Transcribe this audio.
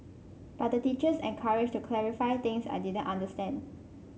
but the teachers encouraged to clarify things I didn't understand